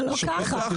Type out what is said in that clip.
אבל לא כך.